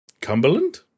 Cumberland